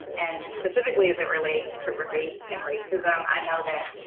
and and specifically as it relates to race and racism. i know that,